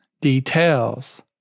details